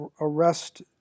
arrest